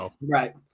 Right